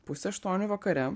pusę aštuonių vakare